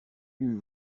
eût